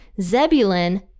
Zebulun